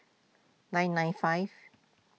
nine nine five